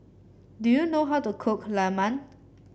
do you know how to cook Lemang